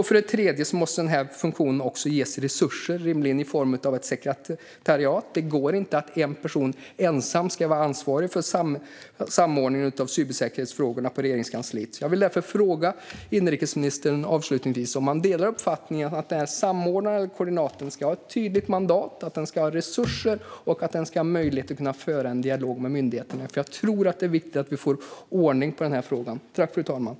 För det tredje måste funktionen ges resurser, rimligen i form av ett sekretariat. Det går inte att en person ensam ska vara ansvarig för samordningen av frågorna om cybersäkerhet på Regeringskansliet. Jag vill därför fråga inrikesministern om han delar uppfattningen att samordnaren eller koordinatorn ska ha ett tydligt mandat, resurser och möjlighet att föra dialog med myndigheterna. Jag tror att det är viktigt att vi får ordning på den frågan.